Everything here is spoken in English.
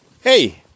Hey